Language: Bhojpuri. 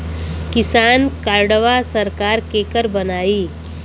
किसान कार्डवा सरकार केकर बनाई?